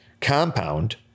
compound